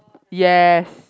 yes